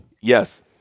Yes